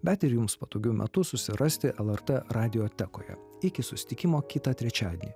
bet ir jums patogiu metu susirasti lrt radiotekoje iki susitikimo kitą trečiadienį